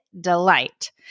delight